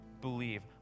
believe